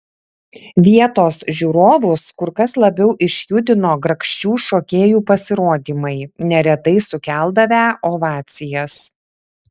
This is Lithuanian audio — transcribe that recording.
vietos žiūrovus kur kas labiau išjudino grakščių šokėjų pasirodymai neretai sukeldavę ovacijas